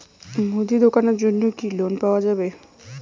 মুদি দোকানের জন্যে কি লোন পাওয়া যাবে?